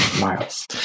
Miles